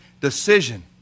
decision